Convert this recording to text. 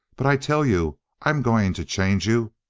but i tell you, i'm going to change you!